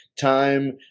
time